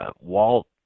Walt